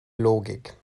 logik